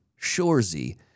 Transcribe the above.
Shorzy